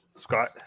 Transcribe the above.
scott